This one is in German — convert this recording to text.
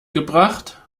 gebracht